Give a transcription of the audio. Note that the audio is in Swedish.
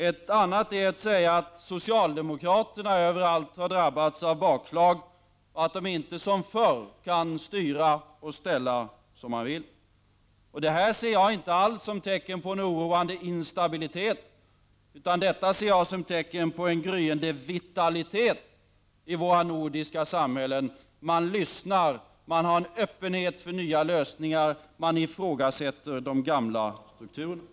Ett annat sätt är att säga att socialdemokraterna över allt har drabbats av bakslag och att de inte som förr kan styra och ställa som de vill. Detta ser jag inte alls som tecken på oroande instabilitet, utan som tecken på en gryende vitalitet i våra nordiska samhällen. Man lyssnar, man har en öppenhet för nya lösningar och ett ifrågasättande av de gamla strukturerna.